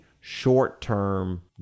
short-term